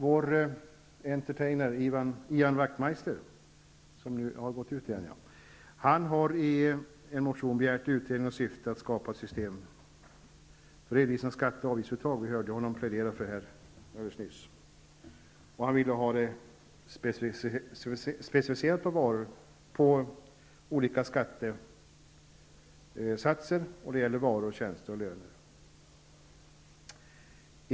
Vår entertainer Ian Wachtmeister har i en motion begärt en utredning i syfte att skapa ett system för redovisning av skatte och avgiftsuttag. Vi hörde honom plädera för det alldeles nyss, och han ville att skattesatsen skulle specificeras på varor, tjänster och löner.